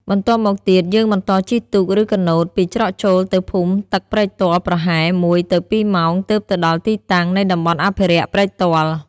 បន្ទាប់មកទៀតយើងបន្តជិះទូកឬការណូតពីច្រកចូលទៅភូមិទឹកព្រែកទាល់ប្រហែល ១ទៅ២ម៉ោងទើបទៅដល់ទីតាំងនៃតំបន់អភិរក្សព្រែកទាល់។